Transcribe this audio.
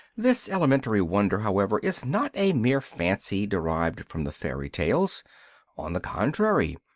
this elementary wonder, however, is not a mere fancy derived from the fairy tales on the contrary,